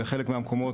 בחלק מהמקומות,